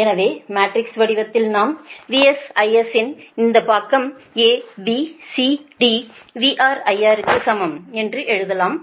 எனவே மேட்ரிக்ஸ் வடிவத்தில் நாம் VS IS இன் இந்த பக்கம் A B C D VR IR க்கு சமம் என்று எழுதலாம்